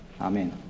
Amen